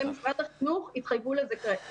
-- אני מאוד מקווה שבמשרד החינוך יתחייבו לזה כעת,